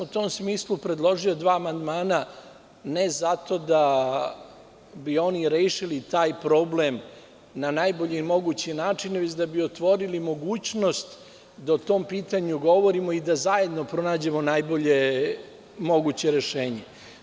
U tom smislu sam predložio dva amandmana, ne zato da bi oni rešili taj problem na najbolji mogući način, već da bi otvorili mogućnost da o tom pitanju govorimo i da zajedno pronađemo najbolje moguće rešenje.